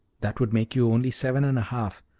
that would make you only seven and a half.